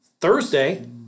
Thursday